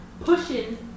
pushing